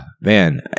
man